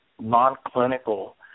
non-clinical